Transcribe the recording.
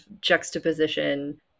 juxtaposition